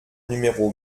numéro